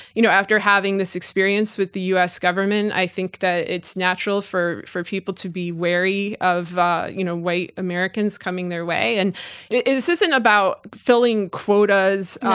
you know after having this experience with the u. s. government i think that it's natural for for people to be wary of you know white americans coming their way and this isn't about filling quotas,